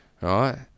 right